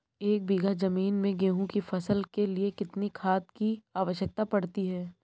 एक बीघा ज़मीन में गेहूँ की फसल के लिए कितनी खाद की आवश्यकता पड़ती है?